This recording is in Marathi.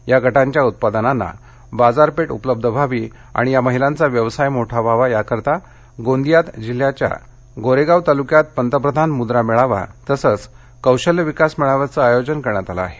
या बचत गटांच्या उत्पादनांना बाजार पेठ उपलब्ध व्हावी आणि या महिलांचा व्यवसाय मोठा व्हावा यासाठी गोंदियात जिल्ह्याच्या गोरेगाव तालुक्यात पंतप्रधान मुद्रा मेळावा तसेच कौशल्य विकास मेळाव्याचं आयोजन करण्यात आलं आहे